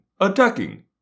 attacking